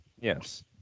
Yes